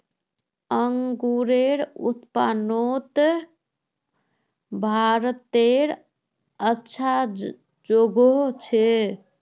अन्गूरेर उत्पादनोत भारतेर अच्छा जोगोह छे